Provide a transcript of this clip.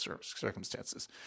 circumstances